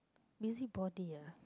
busybody uh